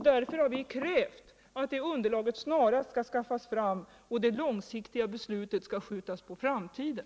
Därför har vi krävt att det underlaget snarast skall skaffas fram och det långsiktiga beslutet skjutas på framtiden.